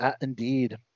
Indeed